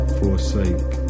forsake